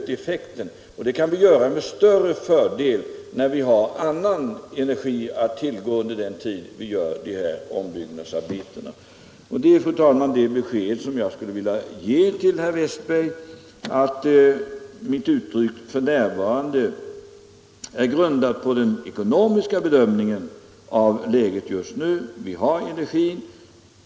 Det kan vi göra med större fördel när vi har annan energi att tillgå medan ombyggnadsarbetena pågår. Det besked, fru talman, som jag skulle vilja ge herr Westberg är att — Nr 65 mitt uttryck ”för närvarande” är grundat på den ekonomiska bedömningen av lägef just nu. Vi har energi.